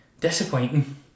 Disappointing